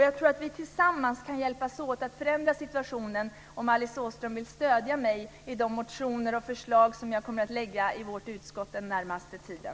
Jag tror att vi tillsammans kan hjälpas åt att förändra situationen om Alice Åström vill stödja mig i de motioner och förslag som jag kommer att lägga fram i vårt utskott den närmaste tiden.